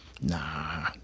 nah